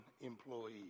employee